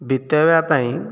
ବିତେଇବା ପାଇଁ